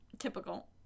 typical